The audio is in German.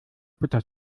butter